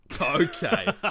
okay